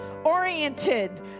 Oriented